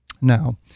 Now